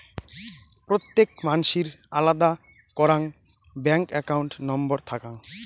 প্রত্যেক মানসির আলাদা করাং ব্যাঙ্ক একাউন্ট নম্বর থাকাং